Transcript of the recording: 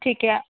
ठीक है